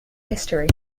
history